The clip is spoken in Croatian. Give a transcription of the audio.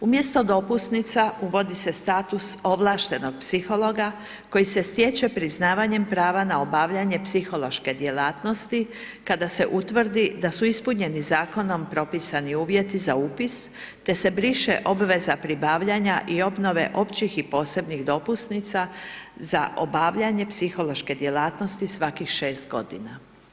Umjesto dopusnica uvodi se status ovlaštenog psihologa koji se stječe priznavanjem prava na obavljanje psihološke djelatnosti kada se utvrdi da su ispunjeni Zakonom propisani uvjeti za upis, te se briše obveza pribavljanja i obnove općih i posebnih dopusnica za obavljanje psihološke djelatnosti svakih 6 godina.